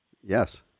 Yes